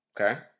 Okay